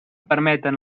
permeten